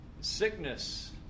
Sickness